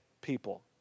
people